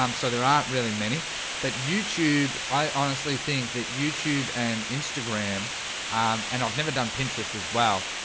um so there aren't really many but youtube i honestly think that youtube and instagram um and i've never done pinterest as well